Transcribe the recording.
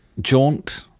jaunt